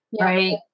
right